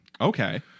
Okay